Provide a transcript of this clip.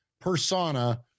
persona